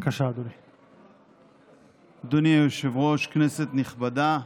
אדוני היושב-ראש, כנסת נכבדה,